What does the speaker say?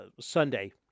Sunday